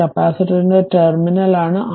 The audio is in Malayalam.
അതിനാൽ ഇത് ഒരു കപ്പാസിറ്ററിന്റെ ടെർമിനലാണ്